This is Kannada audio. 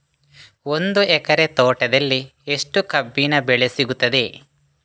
ಒಂದು ಎಕರೆ ತೋಟದಲ್ಲಿ ಎಷ್ಟು ಕಬ್ಬಿನ ಬೆಳೆ ಸಿಗುತ್ತದೆ?